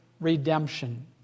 redemption